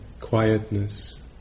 quietness